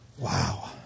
Wow